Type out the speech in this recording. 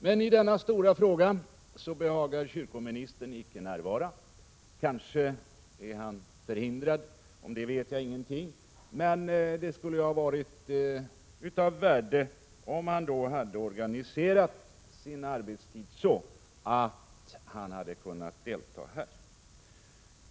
Menii denna stora fråga behagar kyrkoministern icke närvara. Han kanske är förhindrad — om det vet jag ingenting — men det skulle ha varit av värde om han hade organiserat sin arbetstid så att han hade kunnat delta.